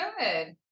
good